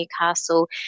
Newcastle